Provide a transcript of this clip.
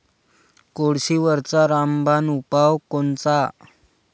कोळशीवरचा रामबान उपाव कोनचा?